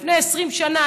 לפני 20 שנה,